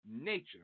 nature